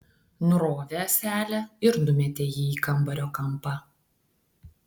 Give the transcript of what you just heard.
nurovė ąselę ir numetė jį į kambario kampą